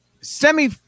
semi